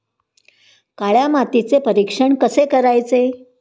काळ्या मातीचे परीक्षण कसे करायचे?